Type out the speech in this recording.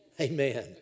Amen